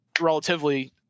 relatively